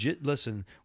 listen